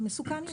מסוכן יותר.